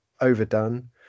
overdone